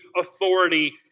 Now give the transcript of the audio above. authority